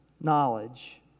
knowledge